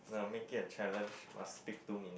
no make it a challenge must speak two minute